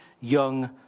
young